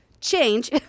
Change